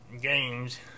games